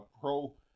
pro